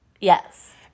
Yes